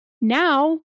now